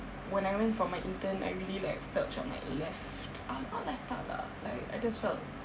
when I went for my intern I really like felt macam like left uh not left out lah I just felt